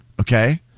Okay